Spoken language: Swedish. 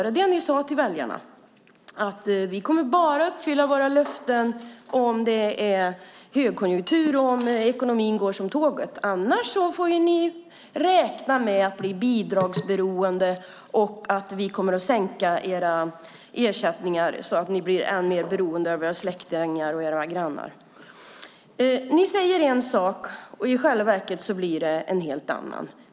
Sade ni till väljarna att ni bara kommer att uppfylla era löften om det är högkonjunktur och om ekonomin går som tåget, annars får människor räkna med att bli bidragsberoende och att ni kommer att sänka deras ersättningar så att de blir än mer beroende av släktingar och grannar? Ni säger en sak, och själva verket blir det en helt annan.